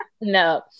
No